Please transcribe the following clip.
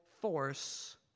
force